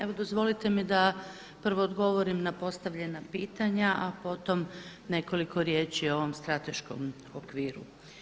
Evo dozvolite mi prvo odgovorim na postavljena pitanja a potom nekoliko riječi o ovom strateškom okviru.